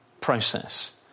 process